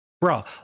bro